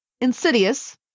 Insidious